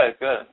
good